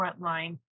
frontline